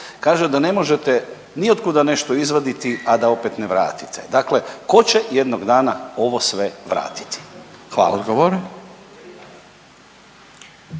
Kaže da ne možete niotkuda nešto izvaditi, a da opet ne vratite. Dakle, tko će jednog dana ovo sve vratiti? Hvala.